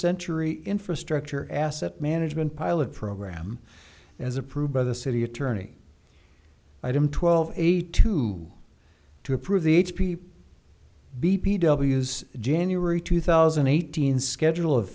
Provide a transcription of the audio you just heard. century infrastructure asset management pilot program as approved by the city attorney item twelve eighty two to approve the h p b p w s january two thousand eight hundred schedule of